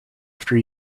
after